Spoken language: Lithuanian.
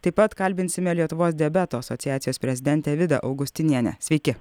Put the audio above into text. taip pat kalbinsime lietuvos diabeto asociacijos prezidentę vidą augustinienę sveiki